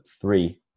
three